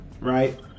right